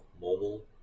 Mobile